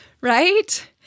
Right